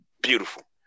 beautiful